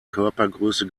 körpergröße